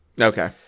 Okay